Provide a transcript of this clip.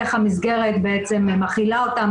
איך המסגרת מכילה אותם,